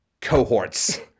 cohorts